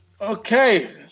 Okay